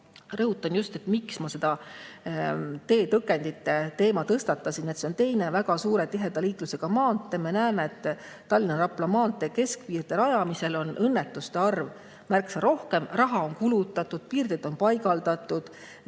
rõhutan, miks ma just teetõkendite teema tõstatasin. See on teine väga suure tiheda liiklusega maantee. Me näeme, et pärast Tallinna–Rapla maantee keskpiirde rajamist on õnnetuste arv märksa suurem, raha on kulutatud, piirded on paigaldatud,